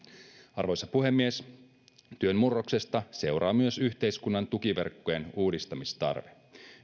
arvoisa puhemies työn murroksesta seuraa myös yhteiskunnan tukiverkkojen uudistamistarve